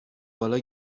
بالا